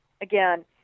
again